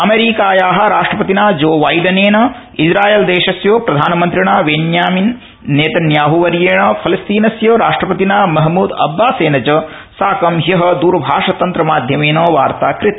अमरीकाया राष्ट्रपतिना जो बाइडेनेन इस्रायलदेशस्य प्रधानमन्त्रिणा बेन्यामिन नेतन्याहवर्येण फलस्तीनस्य राष्ट्रपतिना महमूद अब्बासेन च साकं हयः द्रभाषतंत्रमाध्यमेन वार्ता कृता